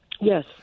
Yes